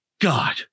God